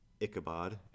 Ichabod